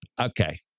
okay